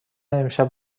امشب